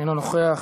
אינו נוכח.